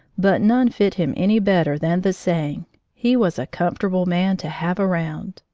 but none fit him any better than the saying he was a comfortable man to have round!